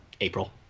April